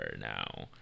now